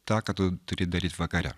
tą ką tu turi daryt vakare